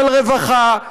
של רווחה,